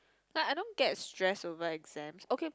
like I don't get stress over exams okay